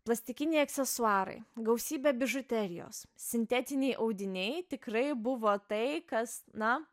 plastikiniai aksesuarai gausybė bižuterijos sintetiniai audiniai tikrai buvo tai kas na